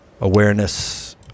awareness